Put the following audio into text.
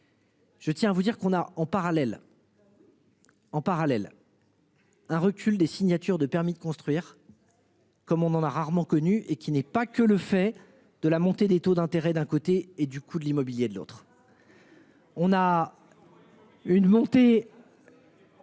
Je tiens à vous dire qu'on a en parallèle. En parallèle. Un recul des signatures de permis de construire. Comme on en a rarement connu et qui n'est pas que le fait de la montée des taux d'intérêt d'un côté et du coup de l'immobilier, de l'autre. On a. Une montée.